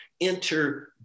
enter